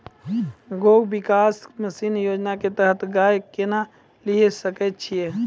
गव्य विकास मिसन योजना के तहत गाय केना लिये सकय छियै?